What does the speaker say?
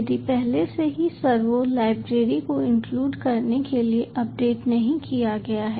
यदि पहले से ही सर्वो लाइब्रेरी को इंक्लूड करने के लिए अपडेट नहीं किया गया है